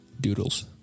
doodles